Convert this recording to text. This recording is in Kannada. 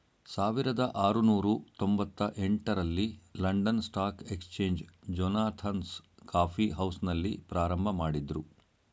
ಸಾವಿರದ ಆರುನೂರು ತೊಂಬತ್ತ ಎಂಟ ರಲ್ಲಿ London stock exchange Jonathan's coffee ಹೌಸ್ನಲ್ಲಿ ಪ್ರಾರಂಭಮಾಡಿದ್ರು